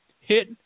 hit